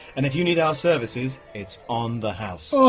and if you need our services it's on the house. so